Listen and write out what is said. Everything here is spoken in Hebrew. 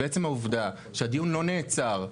ועצם העובדה שהדיון לא נעצר,